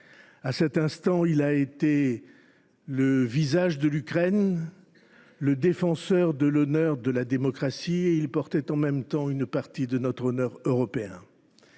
À cet instant, il a été le visage de l’Ukraine, le défenseur de l’honneur de la démocratie, et il portait en même temps une partie de notre honneur européen.